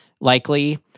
likely